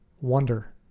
wonder